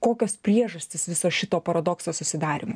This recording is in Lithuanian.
kokios priežastys viso šito paradokso susidarymo